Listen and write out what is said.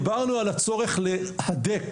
דיברנו על הצורך להדק